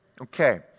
Okay